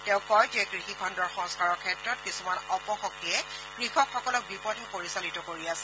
তেওঁ কয় যে কৃষি খণ্ডৰ সংস্কাৰৰ ক্ষেত্ৰত কিছুমান অপশক্তিয়ে কৃষকসকলক বিপথে পৰিচালিত কৰি আছে